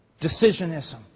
Decisionism